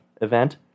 event